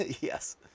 Yes